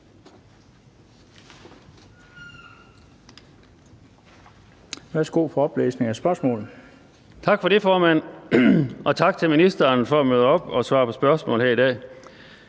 Værsgo for oplæsning af spørgsmålet. Kl. 16:20 Per Larsen (KF): Tak for det, formand, og tak til ministeren for at møde op og svare på spørgsmål her i dag.